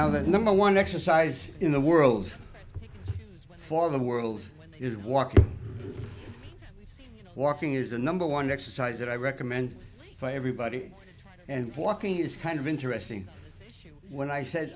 now the number one exercise in the world for the world is walking walking is the number one exercise that i recommend for everybody and walking is kind of interesting when i said